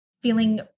feeling